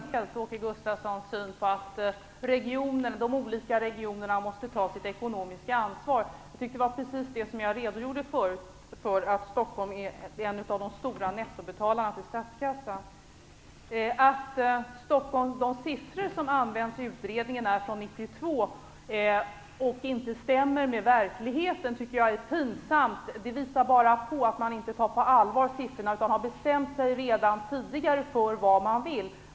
Herr talman! Jag delar helt Åke Gustavssons syn när det gäller att de olika regionerna måste ta sitt ekonomiska ansvar. Det jag förut redogjorde för var att stockholmarna är en av de stora nettobetalarna till statskassan. Att de siffror som används i utredningen är från 1992 och inte stämmer med verkligheten tycker jag är pinsamt. Det visar bara att man inte tar siffrorna på allvar, utan att man redan tidigare har bestämt sig för vad man vill.